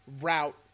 route